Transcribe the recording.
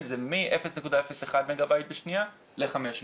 זה מ-0.01 מגה בייט בשנייה ל-500,